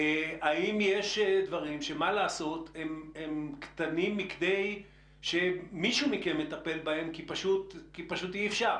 האם יש דברים שהם קטנים מכדי שמישהו מכם יטפל בהם כי פשוט אי-אפשר.